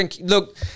Look